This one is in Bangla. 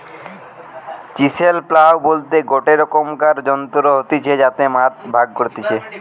চিসেল প্লাও বলতে গটে রকমকার যন্ত্র হতিছে যাতে মাটি ভাগ করতিছে